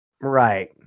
Right